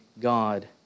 God